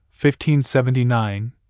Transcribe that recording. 1579